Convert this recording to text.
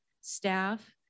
staff